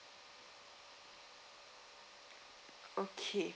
okay